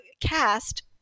cast